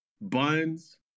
buns